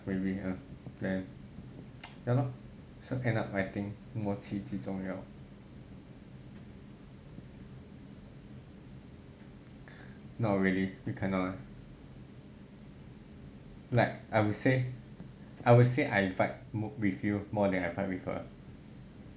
maybe lah then ya lor so end up I think 默契最重要 not really we cannot like I would say I would say I vibe with you more than I vibe with her